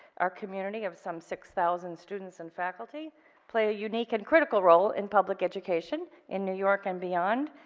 our community of some six thousand students and faculty play a unique and critical role in public education in new york and beyond.